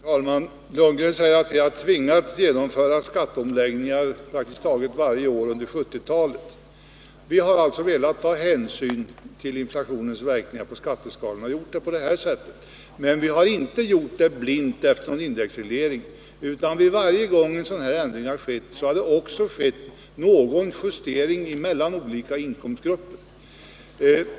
Herr talman! Bo Lundgren säger att vi har tvingats genomföra skatteom — Den ekonomiska läggningar praktiskt taget varje år under 1970-talet. Vi har velat ta hänsyn till inflationens verkningar på skatteskalorna och har gjort det på det sättet. Men vi har inte gjort justeringar i skatteskalan blint efter en indexreglering, utan varje gång en sådan ändring skett har det också skett någon justering mellan olika inkomstgrupper.